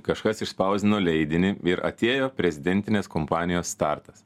kažkas išspausdino leidinį ir atėjo prezidentinės kompanijos startas